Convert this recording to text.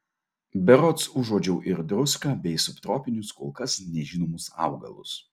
berods užuodžiau ir druską bei subtropinius kol kas nežinomus augalus